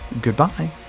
Goodbye